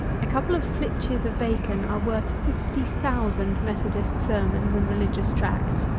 a couple of flitches of bacon are worth fifty thousand methodist sermons and religious tracts.